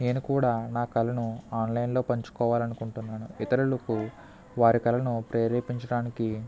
నేను కూడా నా కళను ఆన్లైన్లో పంచుకోవాలనుకుంటున్నాను ఇతరులకు వారి కళను ప్రేరేపించడానికి